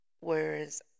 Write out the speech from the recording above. whereas